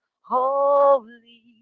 holy